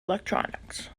electronics